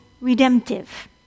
redemptive